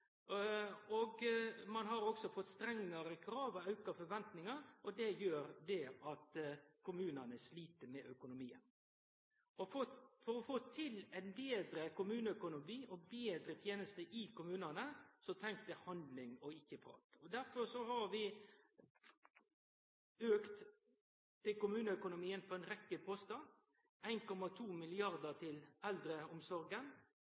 – ein har fått fleire innbyggjarar, ein har fått ei aldrande befolkning, og ein har også fått strengare krav og auka forventingar. Det gjer at kommunane slit med økonomien. For å få til ein betre kommuneøkonomi og betre tenester i kommunane trengst handling, og ikkje prat. Derfor har vi styrkt kommuneøkonomien på ei rekke